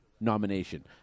nomination